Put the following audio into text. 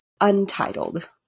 Untitled